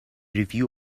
review